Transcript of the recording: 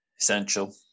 essential